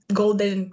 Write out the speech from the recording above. golden